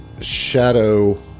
shadow